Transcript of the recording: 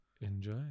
Enjoy